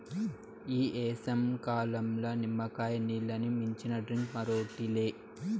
ఈ ఏసంకాలంల నిమ్మకాయ నీల్లని మించిన డ్రింక్ మరోటి లే